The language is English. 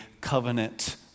covenant